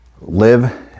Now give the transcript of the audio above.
live